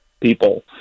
people